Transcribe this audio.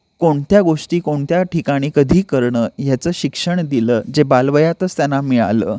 कोणत्या गोष्टी कोणत्या ठिकाणी कधी करणं ह्याचं शिक्षण दिलं जे बालवयातच त्यांना मिळालं